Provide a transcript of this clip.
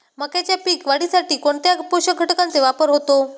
मक्याच्या पीक वाढीसाठी कोणत्या पोषक घटकांचे वापर होतो?